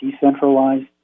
decentralized